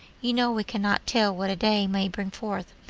you know we can not tell what a day may bring forth,